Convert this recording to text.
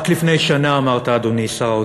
רק לפני שנה אמרת, אדוני שר האוצר: